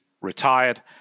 retired